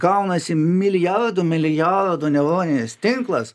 gaunasi milijardų milijardų neuroninis tinklas